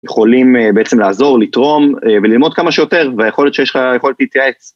יכולים בעצם לעזור, לתרום וללמוד כמה שיותר והיכולת שיש לך היכולת להתייעץ